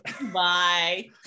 Bye